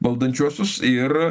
valdančiuosius ir